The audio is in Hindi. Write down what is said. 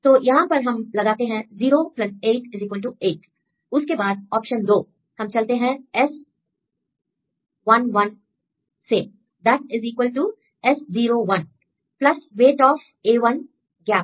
तो यहां पर हम लगाते हैं 0 8 8 उसके बाद ऑप्शन 2 हम चलते हैं S11 से that is equal to S01 plus weight of a1 gap